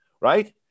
right